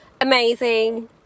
amazing